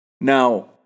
Now